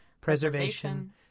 preservation